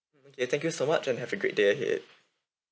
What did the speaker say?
okay thank you so much and have a great ahead